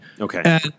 Okay